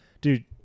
dude